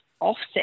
offset